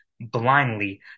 blindly